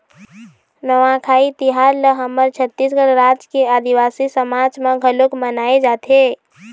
नवाखाई तिहार ल हमर छत्तीसगढ़ राज के आदिवासी समाज म घलोक मनाए जाथे